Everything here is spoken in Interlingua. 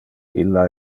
illa